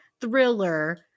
thriller